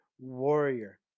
warrior